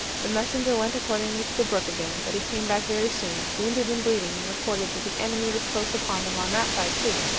the messenger went accordingly to the brook again, but he came back very soon, wounded and bleeding, and reported that the enemy was close upon them on that side too,